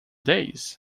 days